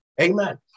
Amen